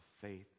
faith